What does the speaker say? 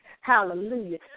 Hallelujah